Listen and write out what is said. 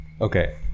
okay